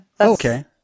Okay